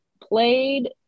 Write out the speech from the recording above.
played